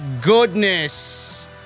goodness